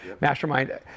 mastermind